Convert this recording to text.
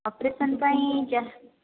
operation ପାଇଁ